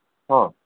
ହଁ